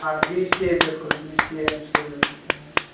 آ B C A بِلکُل B C A M C A بِلکُل تِم ٲسۍ